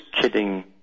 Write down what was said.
kidding